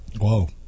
whoa